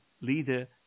leader